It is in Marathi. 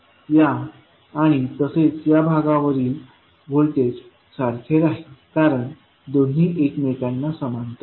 या आणि तसेच या भागावरील वरील व्होल्टेज सारखे राहील कारण दोन्ही एकमेकांना समांतर आहेत